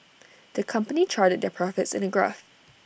the company charted their profits in A graph